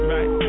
Right